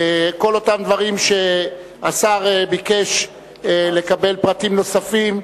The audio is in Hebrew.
כל הדברים שהשר ביקש לקבל בהם פרטים נוספים,